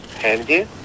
handy